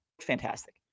fantastic